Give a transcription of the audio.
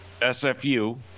sfu